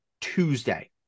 Tuesday